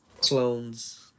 clones